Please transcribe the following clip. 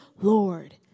Lord